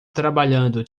trabalhando